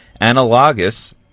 analogous